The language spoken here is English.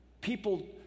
People